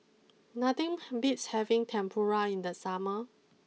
nothing beats having Tempura in the summer